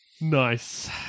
Nice